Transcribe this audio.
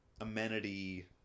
amenity